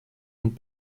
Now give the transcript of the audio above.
und